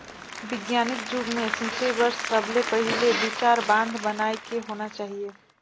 बिग्यानिक जुग मे सिंचई बर सबले पहिले विचार बांध बनाए के होना चाहिए